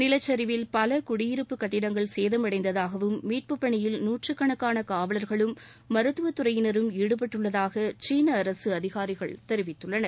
நிலச்சரிவில் பல குடியிருப்புக் கட்டடங்கள் சேதம் அடைந்ததாகவும் மீட்பு பனியில் நூற்றுக்கணக்கான காவலர்களும் மருத்துவத்துறையினரும் ஈடுபட்டுள்ளதாக சீன அரசு அதிகாரிகள் தெரிவித்துள்ளனர்